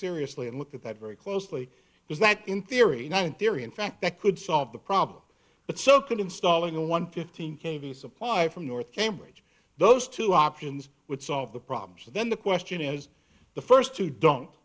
seriously and look at that very closely because that in theory nine theory in fact that could solve the problem but so could installing one fifteen k v supply from north cambridge those two options would solve the problem so then the question is the first two don't